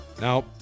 Now